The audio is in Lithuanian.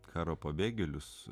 karo pabėgėlius